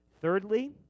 Thirdly